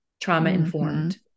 trauma-informed